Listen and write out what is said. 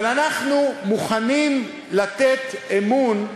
אבל אנחנו מוכנים לתת אמון.